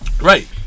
Right